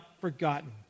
forgotten